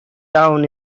town